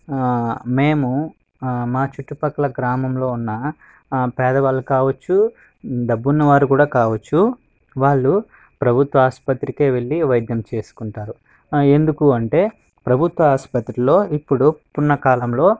ఆ మేము ఆ మా చుట్టుపక్కల గ్రామంలో ఉన్న ఆ పేదవాళ్ళు కావచ్చు డబ్బు ఉన్నవారు కూడా కావచ్చు వాళ్ళు ప్రభుత్వ ఆసుపత్రికే వెళ్ళి వైద్యం చేసుకుంటారు ఎందుకు అంటే ప్రభుత్వ ఆసుపత్రుల్లో ఇప్పుడు ఉన్నకాలంలో